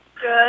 Good